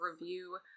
review